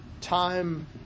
time